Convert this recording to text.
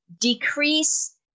decrease